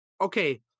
okay